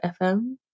fm